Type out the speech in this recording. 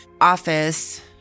office